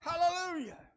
Hallelujah